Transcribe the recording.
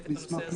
משותפת בנושא.